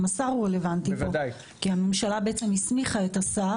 גם השר רלוונטי פה כי הממשלה בעצם הסמיכה את השר.